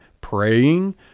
praying